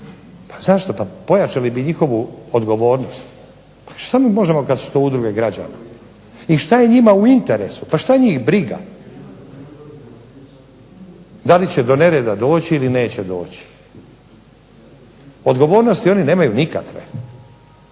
A zašto? Pa pojačali bi njihovu odgovornost. Pa šta mi možemo kad su to udruge građana, i šta je njima u interesu. Pa šta njih briga da li će do nereda doći ili neće doći. Odgovornosti oni nemaju nikakve.